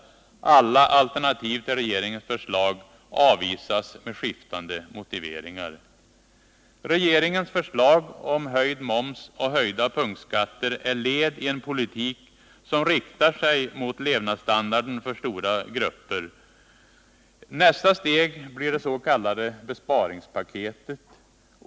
Alla alternativ till regeringens förslag avvisas med skiftande motiveringar. Regeringens förslag om höjd moms och höjda punktskatter är ett led i en politik som riktar sig mot levnadsstandarden för stora grupper. Nästa steg blir det s.k. besparingspaketet.